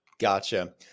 Gotcha